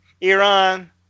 Iran